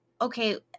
okay